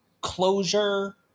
closure